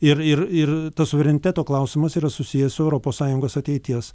ir ir ir tas suvereniteto klausimas yra susijęs su europos sąjungos ateities